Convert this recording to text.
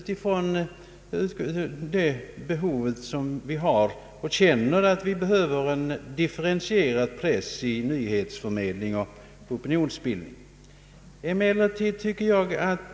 Det har skett i känslan av det behov som finns av att säkra en differentierad press för nyhetsförmedling och = opinionsbildning.